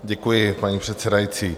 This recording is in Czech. Děkuji, paní předsedající.